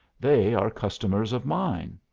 they are customers of mine.